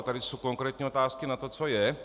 Tady jsou konkrétní otázky na to, co je.